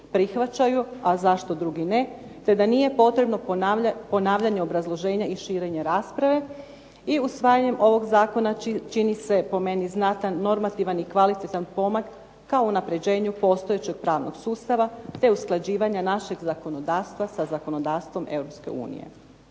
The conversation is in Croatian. prihvaćaju a zašto drugi ne, te da nije potrebno ponavljanje obrazloženje i širenje rasprave i usvajanjem ovog Zakona čini se po meni znatan normativan i kvalitetan pomak kao unapređenju postojećeg pravnog sustava te usklađivanje našeg zakonodavstva sa zakonodavstvom